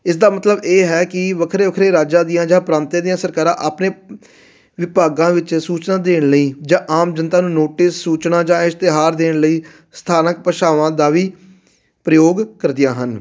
ਇਸਦਾ ਮਤਲਬ ਇਹ ਹੈ ਕਿ ਵੱਖਰੇ ਵੱਖਰੇ ਰਾਜਾਂ ਦੀਆਂ ਜਾਂ ਪ੍ਰਾਂਤਾਂ ਦੀਆਂ ਸਰਕਾਰਾਂ ਆਪਣੇ ਵਿਭਾਗਾਂ ਵਿੱਚ ਸੂਚਨਾ ਦੇਣ ਲਈ ਜਾਂ ਆਮ ਜਨਤਾ ਨੂੰ ਨੋਟਿਸ ਸੂਚਨਾ ਜਾਂ ਇਸ਼ਤਿਹਾਰ ਦੇਣ ਲਈ ਸਥਾਨਕ ਭਾਸ਼ਾਵਾਂ ਦਾ ਵੀ ਪ੍ਰਯੋਗ ਕਰਦੀਆਂ ਹਨ